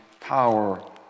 power